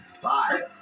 five